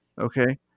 okay